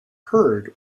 heard